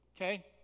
okay